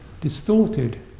distorted